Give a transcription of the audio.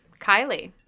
Kylie